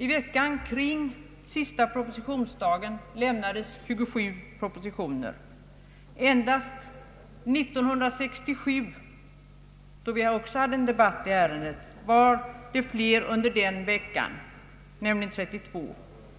I veckan kring sista propositionsdagen lämnades 27 propositioner. Endast 1967, då vi också hade debatt i detta ärende, lämnades fler propositioner under samma vecka, nämligen 32.